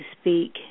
speak